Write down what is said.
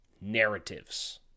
narratives